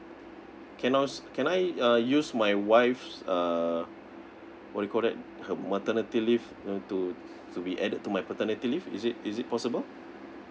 can also can I uh use my wife's uh what you call that her maternity leave you know to to be added to my paternity leave is it is it possible